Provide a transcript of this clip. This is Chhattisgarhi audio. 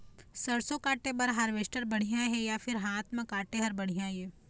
सरसों काटे बर हारवेस्टर बढ़िया हे या फिर हाथ म काटे हर बढ़िया ये?